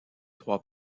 trois